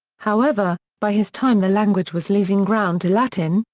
however, by his time the language was losing ground to latin,